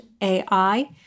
AI